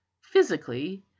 Physically